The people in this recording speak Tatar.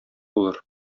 булыр